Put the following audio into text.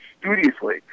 studiously